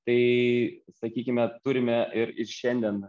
tai sakykime turime ir ir šiandien